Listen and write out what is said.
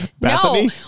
No